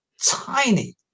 tiny